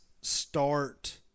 start